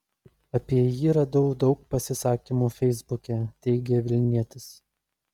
apie jį radau daug pasisakymų feisbuke teigė vilnietis